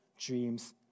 dreams